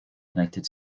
united